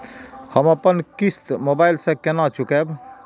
हम अपन किस्त मोबाइल से केना चूकेब?